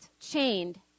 chained